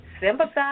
sympathize